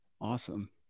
Awesome